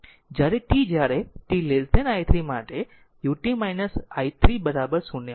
જ્યારે t જ્યારે t i 3 માટે u t i 3 0